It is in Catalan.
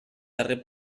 darrer